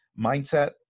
mindset